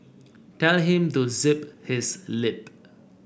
tell him to zip his lip